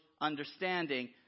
understanding –